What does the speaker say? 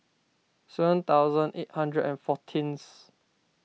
seven thousand eight hundred and fourteenth